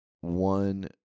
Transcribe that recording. one